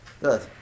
Good